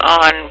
on